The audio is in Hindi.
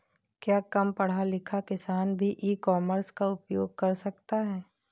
क्या कम पढ़ा लिखा किसान भी ई कॉमर्स का उपयोग कर सकता है?